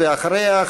ואחריה,